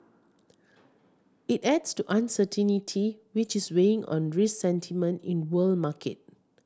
it adds to uncertainty which is weighing on risk sentiment in world market